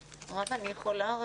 רם, אני יכולה רגע?